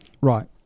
Right